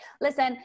listen